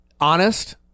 Honest